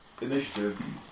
initiative